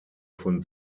von